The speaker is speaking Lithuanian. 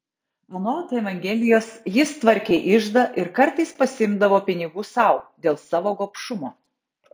anot evangelijos jis tvarkė iždą ir kartais pasiimdavo pinigų sau dėl savo gobšumo